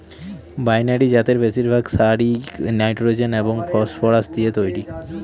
binary জাতের বেশিরভাগ সারই নাইট্রোজেন এবং ফসফরাস দিয়ে তৈরি